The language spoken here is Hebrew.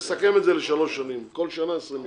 נסכם את זה לשלוש שנים כל שנה 20 מיליון.